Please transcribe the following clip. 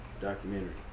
documentary